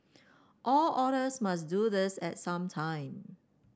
all otters must do this at some time